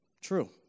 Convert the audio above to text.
True